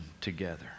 together